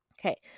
Okay